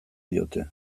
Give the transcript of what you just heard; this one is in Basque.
diote